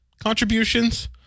contributions